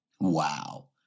Wow